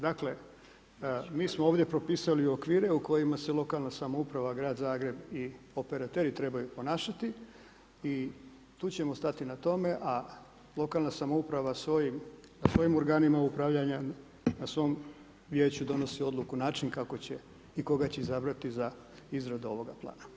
Dakle mi smo ovdje propisali okvire u kojima se lokalna samouprava, grad Zagreb i operateri trebaju ponašati i tu ćemo stati na tome a lokalna samouprava svojim organima upravljanja na svom vijeću donosi odluku, način kako će i koga će izabrati za izradu ovoga plana.